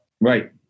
right